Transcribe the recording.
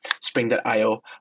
spring.io